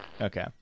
Okay